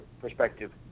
perspective